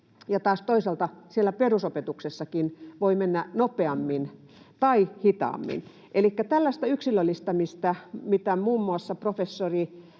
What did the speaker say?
siellä perusopetuksessakin voi mennä nopeammin tai hitaammin. Elikkä tällaista yksilöllistämistä, mitä muun muassa professori